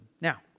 Now